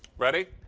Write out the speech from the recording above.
ready?